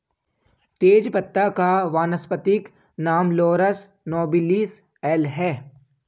तेजपत्ता का वानस्पतिक नाम लॉरस नोबिलिस एल है